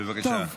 בבקשה.